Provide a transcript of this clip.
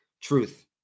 truth